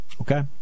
Okay